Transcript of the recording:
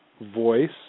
voice